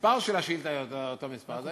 המספר של השאילתה הוא אותו מספר.